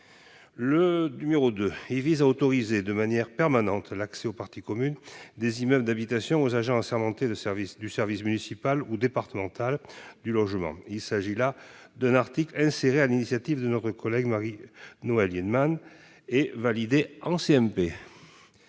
n° 2 vise à autoriser de manière permanente l'accès aux parties communes des immeubles d'habitation aux agents assermentés du service municipal ou départemental du logement. Il s'agit là d'un article inséré sur l'initiative de notre collègue Marie-Noëlle Lienemann et validé en